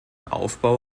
aufbau